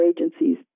agencies